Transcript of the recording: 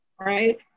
right